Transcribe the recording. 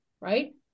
right